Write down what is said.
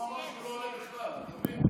הוא אמר שהוא לא עולה בכלל, אתה מבין?